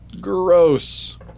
Gross